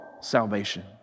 salvation